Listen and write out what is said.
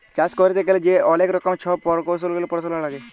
চাষ ক্যইরতে গ্যালে যে অলেক রকমের ছব পরকৌশলি পরাশলা লাগে